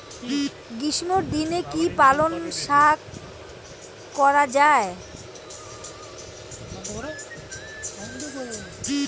গ্রীষ্মের দিনে কি পালন শাখ করা য়ায়?